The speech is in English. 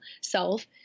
self